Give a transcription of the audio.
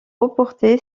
reporté